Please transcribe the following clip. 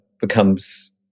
becomes